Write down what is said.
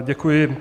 Děkuji.